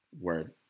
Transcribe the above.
word